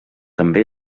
també